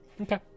Okay